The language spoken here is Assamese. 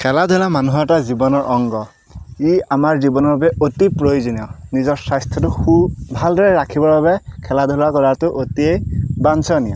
খেলা ধূলা মানুহৰ এটা জীৱনৰ অংগ ই আমাৰ জীৱনৰ বাবে অতি প্ৰয়োজনীয় নিজৰ স্বাস্থ্যটোক সু ভালদৰে ৰাখিবৰ বাবে খেলা ধূলা কৰাটো অতিয়েই বাঞ্ছনীয়